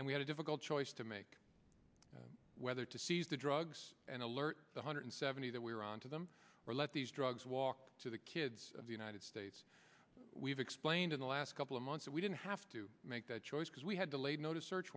and we had a difficult choice to make whether to seize the drugs and alert one hundred seventy that we were on to them or let these drugs walk to the kids of the united states we've explained in the last couple of months we didn't have to make that choice because we had delayed notice search